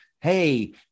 Hey